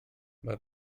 but